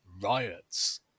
riots